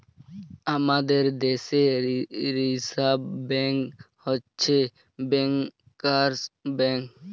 আমাদের দ্যাশে reserve bank হছে ব্যাংকার্স ব্যাংক